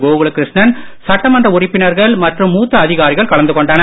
கோகுலகிருஷ்ணன் சட்டமன்ற உறுப்பினர்கள் மற்றும் மூத்த அதிகாரிகள் கலந்து கொண்டனர்